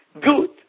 Good